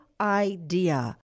idea